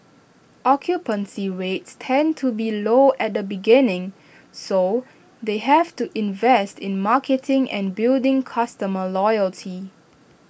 occupancy rates tend to be low at the beginning so they have to invest in marketing and building customer loyalty